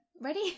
ready